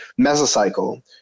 mesocycle